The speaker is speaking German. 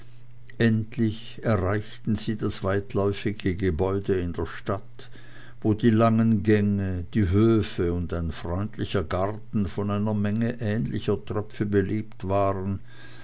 endlich erreichten sie das weitläufige gebäude in der stadt wo die langen gänge die höfe und ein freundlicher garten von einer menge ähnlicher tröpfe belebt waren